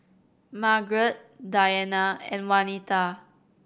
Margret Dianna and Wanita